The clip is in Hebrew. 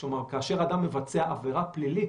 כאשר אדם מבצע עבירה פלילית,